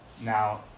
Now